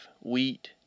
wheat